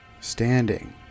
standing